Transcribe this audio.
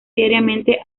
diariamente